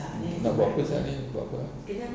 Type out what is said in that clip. nak buat apa sia ni buat apa